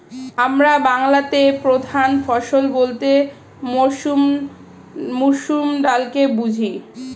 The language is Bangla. আমরা বাংলাতে প্রধান ফসল বলতে মসুর ডালকে বুঝি